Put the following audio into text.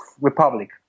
republic